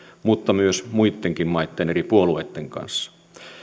mutta myös muitten maitten eri puolueitten kanssa